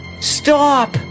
Stop